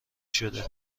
شده